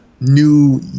new